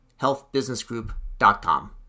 healthbusinessgroup.com